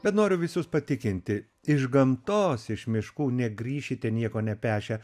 bet noriu visus patikinti iš gamtos iš miškų ne grįšite nieko nepešę